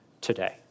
today